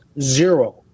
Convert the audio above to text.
zero